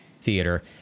theater